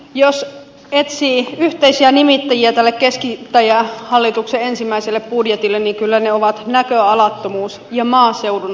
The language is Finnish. jos etsii yhteisiä nimittäjiä tälle keskittäjähallituksen ensimmäiselle budjetille niin kyllä ne ovat näköalattomuus ja maaseudun alasajo